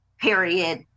period